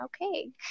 okay